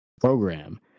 program